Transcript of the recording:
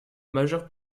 majeure